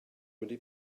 wedi